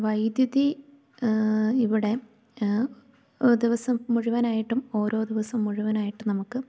വൈദ്യുതി ഇവിടെ ദിവസം മുഴുവനായിട്ടും ഓരോ ദിവസം മുഴുവനായിട്ടും നമുക്ക്